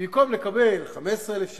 במקום לקבל 15,000 שקל,